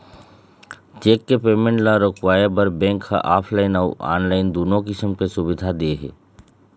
cheque के payment ल रोकवाए बर बेंक ह ऑफलाइन अउ ऑनलाईन दुनो किसम के सुबिधा दे हे